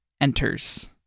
enters